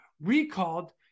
Recalled